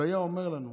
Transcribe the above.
הוא היה אומר לנו,